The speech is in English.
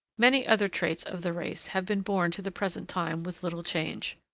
many other traits of the race have been borne to the present time with little change.